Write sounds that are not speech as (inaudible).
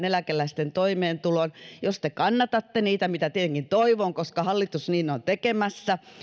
(unintelligible) eläkeläisten toimeentuloon jos te kannatatte niitä mitä tietenkin toivon koska hallitus niin on tekemässä